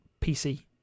PC